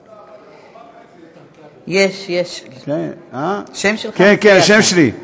יש, יש, השם שלך מופיע.